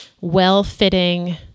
well-fitting